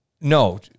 No